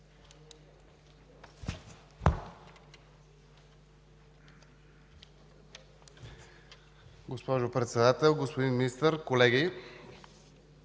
Госпожо Председател, господин Министър, колеги!